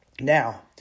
Now